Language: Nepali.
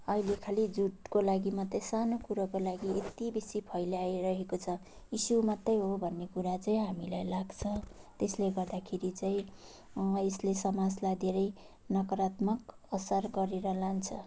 अहिले खालि झुटको लागि मात्रै सानो कुरोको लागि यति बेसी फैल्याइरहेको छ इस्यु मात्रै हो भन्ने कुरा चाहिँ हामीलाई लाग्छ त्यसले गर्दाखेरि चाहिँ यसले समाजलाई धेरै नकारात्मक असर गरेर लान्छ